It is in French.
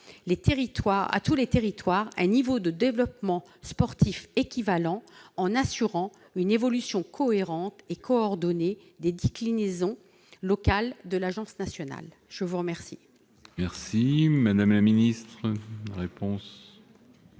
à tous les territoires un niveau de développement sportif équivalent, en assurant une évolution cohérente et coordonnée des déclinaisons locales de l'Agence nationale du sport